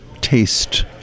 taste